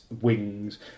wings